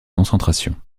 concentration